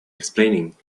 explaining